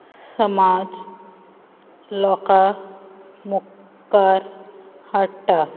समाज लोकां मुखार हाडटा